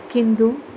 किन्तु